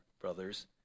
brothers